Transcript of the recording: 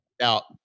Now